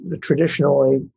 traditionally